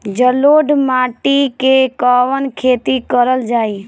जलोढ़ माटी में कवन खेती करल जाई?